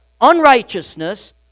unrighteousness